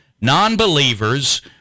Non-believers